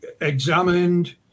examined